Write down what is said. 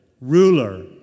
ruler